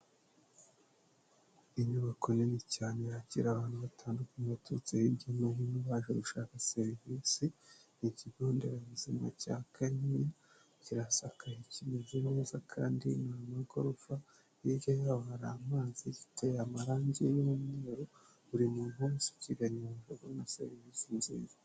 Inyubako nini cyane yakira abantu batandukanye baturutse hirya no hino baje gushaka serivisi, ni ikigo nderabuzima cya Kanyinya, kirasakaye kimeze neza kandi ni amagorofa hirya ha hari amazi ziteye amarangi y'umweru buri muntu ikigana abona serivisi nziza.